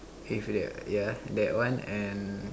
with the yeah that one and